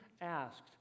asked